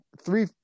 three